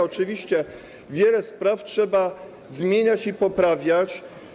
Oczywiście wiele spraw trzeba zmieniać i poprawiać.